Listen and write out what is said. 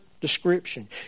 description